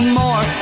more